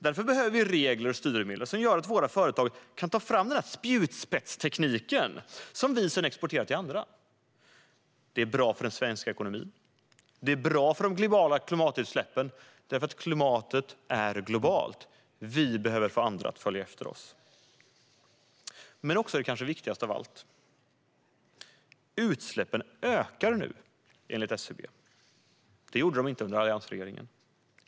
Därför behöver vi regler och styrmedel som gör så att våra företag kan ta fram spjutspetstekniken som vi sedan exporterar till andra. Det är bra för den svenska ekonomin, och det är bra för de globala klimatutsläppen. Klimatet är globalt. Och vi behöver få andra att följa efter oss. Men viktigast av allt är kanske att utsläppen ökar nu, enligt SCB. Det gjorde de inte under alliansregeringen.